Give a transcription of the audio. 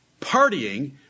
partying